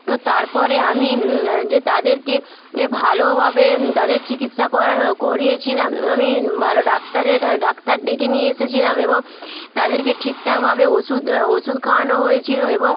তো তারপরে আমি যে তাদেরকে এ ভালোভাবে তাদের চিকিৎসা করা করিয়েছিলাম আমি ভালো ডাক্তারের কা ডাক্তার ডেকে নিয়ে এসেছিলাম এবং তাদেরকে ঠিকঠাকভাবে ওষুধ ওষুধ খাওয়ানো হয়েছিল এবং